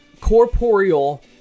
corporeal